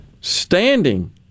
standing